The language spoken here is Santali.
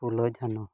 ᱯᱷᱩᱞᱳ ᱡᱷᱟᱱᱚ